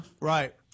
Right